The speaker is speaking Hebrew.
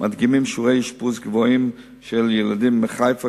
מדגימים שיעורי אשפוז גבוהים של ילדים מחיפה,